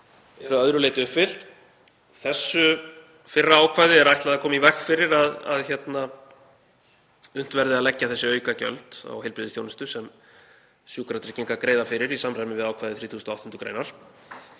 að öðru leyti uppfyllt. Þessu ákvæði er ætlað að koma í veg fyrir að unnt verði að leggja þessi aukagjöld á heilbrigðisþjónustu sem Sjúkratryggingar greiða fyrir í samræmi við ákvæði 38. gr.